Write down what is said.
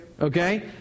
Okay